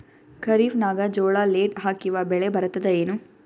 ಖರೀಫ್ ನಾಗ ಜೋಳ ಲೇಟ್ ಹಾಕಿವ ಬೆಳೆ ಬರತದ ಏನು?